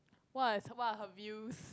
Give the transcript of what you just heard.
what is what are her views